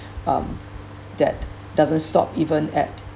um that doesn't stop even at